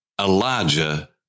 Elijah